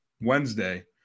Wednesday